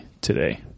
today